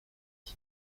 qui